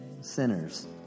sinners